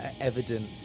evident